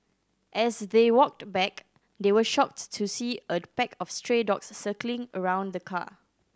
as they walked back they were shocked to see a pack of stray dogs circling around the car